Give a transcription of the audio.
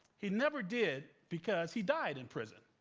he never did because he died in prison.